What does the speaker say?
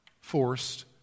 forced